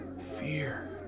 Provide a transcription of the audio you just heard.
Fear